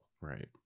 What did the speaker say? Right